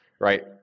right